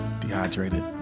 dehydrated